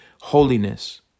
holiness